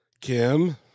Kim